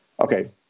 okay